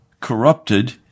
corrupted